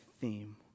theme